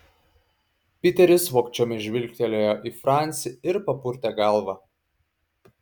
piteris vogčiomis žvilgtelėjo į francį ir papurtė galvą